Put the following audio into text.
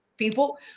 people